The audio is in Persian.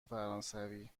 فرانسوی